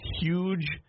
huge